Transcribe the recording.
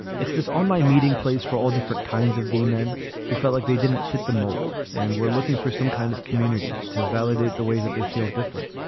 it's this online meeting place for all different kinds of gay men who felt like they didn't fit the mold. and we're looking for some kind of community to validate the ways that they feel different.